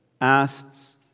asks